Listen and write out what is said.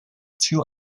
too